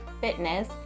fitness